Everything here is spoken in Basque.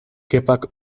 kepak